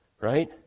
right